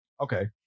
Okay